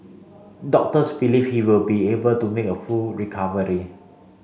doctors believe he will be able to make a full recovery